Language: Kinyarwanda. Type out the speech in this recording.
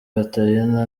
gatarina